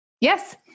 Yes